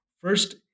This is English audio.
First